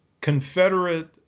Confederate